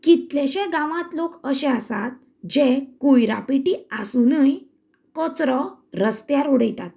कितलेशेंच गांवांत लोक अशें आसात जे कोयरां पेटी आसूनय कोचरो रस्त्यार उडयतात